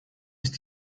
ist